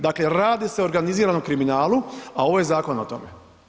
Dakle radi se o organiziranom kriminalu a ovo je zakon o tome.